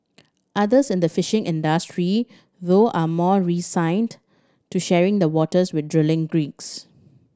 others in the fishing industry though are more resigned to sharing the waters with drilling